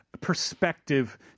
perspective